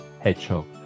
hedgehog